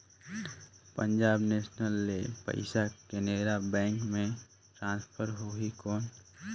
Punjab national ले पइसा Canara bank मे ट्रांसफर होहि कौन?